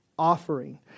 offering